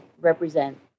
represent